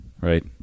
right